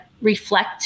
reflect